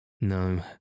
No